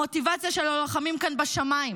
המוטיבציה של הלוחמים כאן בשמיים,